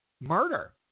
murder